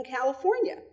California